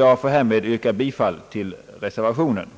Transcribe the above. Jag får härmed yrka bifall till den reservationen.